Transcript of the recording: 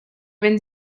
wenn